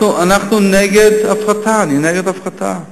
אנחנו נגד הפרטה, אני נגד הפרטה.